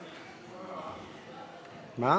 מה?